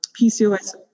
PCOS-